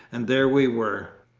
and there we were.